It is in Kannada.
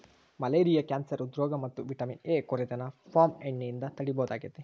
ಮಲೇರಿಯಾ ಕ್ಯಾನ್ಸರ್ ಹ್ರೃದ್ರೋಗ ಮತ್ತ ವಿಟಮಿನ್ ಎ ಕೊರತೆನ ಪಾಮ್ ಎಣ್ಣೆಯಿಂದ ತಡೇಬಹುದಾಗೇತಿ